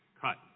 Cut